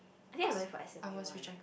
I think I went for S_M_U one